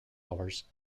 hours